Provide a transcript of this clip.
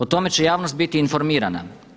O tome će javnost biti informirana.